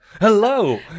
hello